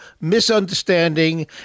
misunderstanding